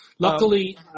Luckily